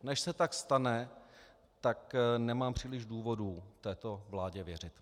Než se tak stane, tak nemám příliš důvodů této vládě věřit.